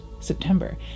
September